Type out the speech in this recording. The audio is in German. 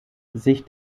sich